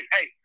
hey